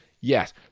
Yes